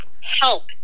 help